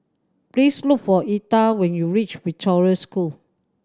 please look for Etha when you reach Victoria School